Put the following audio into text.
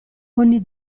ogni